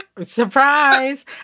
Surprise